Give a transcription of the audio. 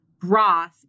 broth